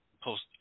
post